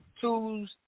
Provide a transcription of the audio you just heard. tools